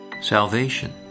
Salvation